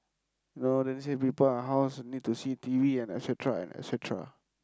no they only say people in our house need to see T_V and etcetera and etcetera